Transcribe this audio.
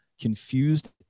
confused